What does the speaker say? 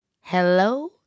Hello